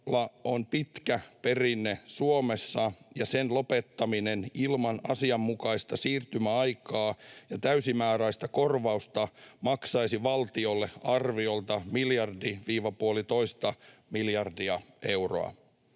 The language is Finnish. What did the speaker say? on pitkä perinne Suomessa, ja sen lopettaminen ilman asianmukaista siirtymäaikaa ja täysimääräistä korvausta maksaisi valtiolle arviolta miljardi — puolitoista miljardia euroa.